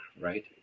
right